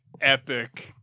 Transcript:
epic